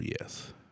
Yes